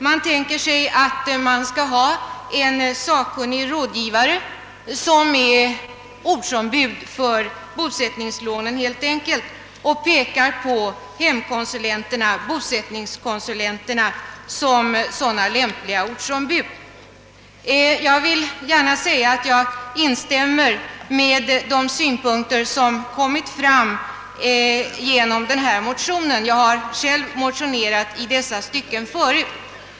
Man tänker sig att det skall finnas sak kunniga rådgivare såsom ortsombud beträffande bosättningslånen och pekar på bosättningsoch hemkonsulenterna som lämpliga härför. Jag vill gärna säga att jag instämmer i de synpunkter som framförts i motionen. Jag har själv motionerat i dessa stycken förut.